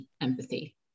empathy